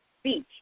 speech